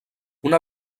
una